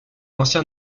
ancien